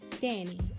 Danny